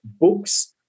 books